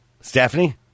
Stephanie